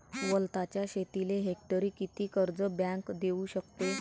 वलताच्या शेतीले हेक्टरी किती कर्ज बँक देऊ शकते?